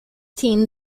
team